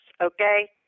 okay